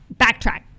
backtrack